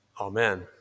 Amen